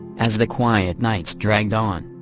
as the quiet nights dragged on,